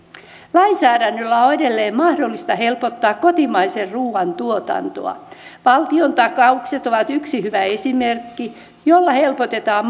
lainsäädännöllä on edelleen mahdollista helpottaa kotimaisen ruoan tuotantoa valtiontakaukset ovat yksi hyvä esimerkki jolla helpotetaan